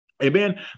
Amen